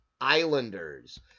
Islanders